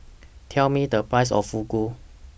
Tell Me The Price of Fugu